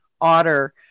Otter